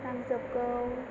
नांजोबगौ